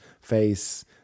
face